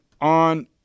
on